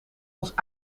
ons